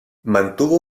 mantuvo